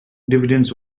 dividends